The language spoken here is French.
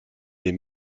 des